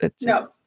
No